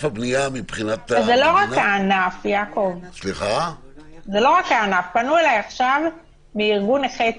זה לא רק הענף, פנו אליי עכשיו מארגון נכי צה"ל,